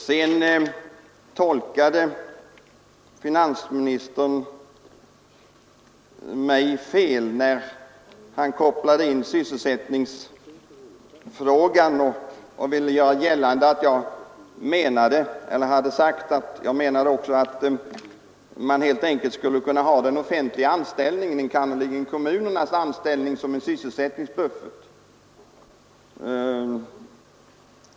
Sedan feltolkade finansministern mig, när han kopplade in sysselsättningsfrågan och ville göra gällande att jag sagt att man helt enkelt skulle ha den offentliga anställningen, enkannerligen kommunernas anställning, som en sysselsättningsbuffert.